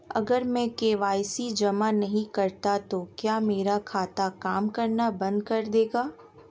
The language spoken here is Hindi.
अगर मैं के.वाई.सी जमा नहीं करता तो क्या मेरा खाता काम करना बंद कर देगा?